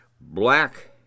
Black